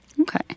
Okay